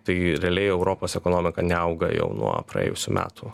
tai realiai europos ekonomika neauga jau nuo praėjusių metų